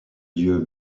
dieu